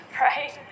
right